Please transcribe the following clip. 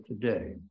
today